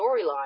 storyline